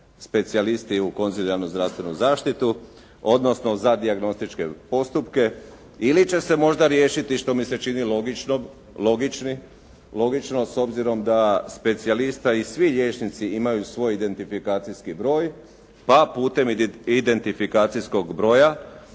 u konzilijarnu zdravstvenu zaštitu odnosno za dijagnostičke postupke ili će se možda riješiti što mi se čini logično s obzirom da specijalista i svi liječnici imaju svoj identifikacijski broj pa putem identifikacijskog broja